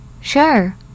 Sure